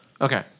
Okay